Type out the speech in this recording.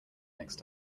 next